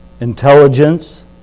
intelligence